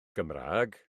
cymraeg